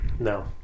No